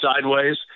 sideways